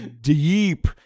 deep